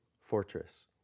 fortress